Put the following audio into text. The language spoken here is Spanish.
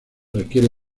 requiere